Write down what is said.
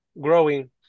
growing